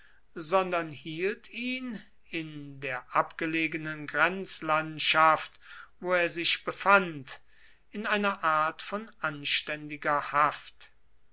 sondern hielt ihn in der abgelegenen grenzlandschaft wo er sich befand in einer art von anständiger haft